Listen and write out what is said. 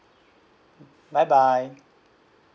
bye bye